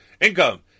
Income